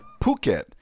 Phuket